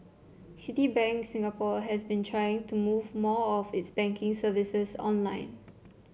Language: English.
Citibank Singapore has been trying to move more of its banking services online